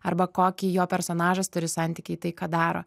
arba kokį jo personažas turi santykį į tai ką daro